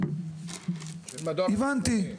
הבנתי.